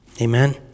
Amen